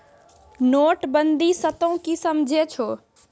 नोटबंदी स तों की समझै छौ